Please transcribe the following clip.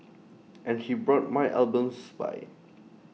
and he brought my albums by